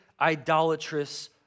idolatrous